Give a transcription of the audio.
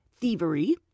thievery